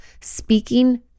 speaking